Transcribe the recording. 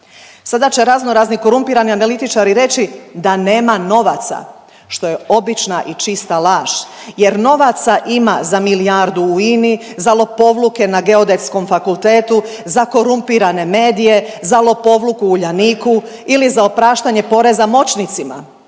Sada će razno razni korumpirani analitičari reći da nema novac što je obična i čista laž jer novaca ima za milijardu u INI, za lopovluke na Geodetskom fakultetu, za korumpirane medije, za lopovluk u Uljaniku ili za opraštanje poreza moćnicima